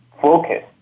Focus